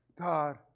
God